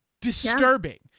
disturbing